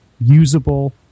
usable